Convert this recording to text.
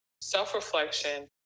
Self-reflection